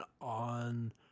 on